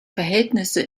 verhältnisse